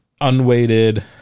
unweighted